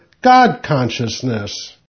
God-consciousness